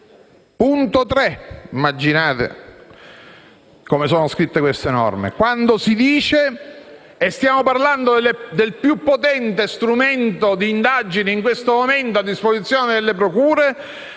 punto 3, e immaginate come sono scritte queste norme. Stiamo parlando del più potente strumento di indagine in questo momento a disposizione delle procure,